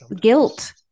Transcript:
guilt